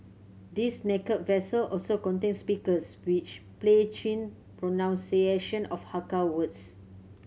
these naked vessels also contain speakers which play Chin pronunciation of Hakka words